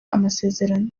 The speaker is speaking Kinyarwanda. amasezerano